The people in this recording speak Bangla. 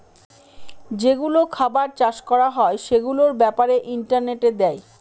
যেগুলো খাবার চাষ করা হয় সেগুলোর ব্যাপারে ইন্টারনেটে দেয়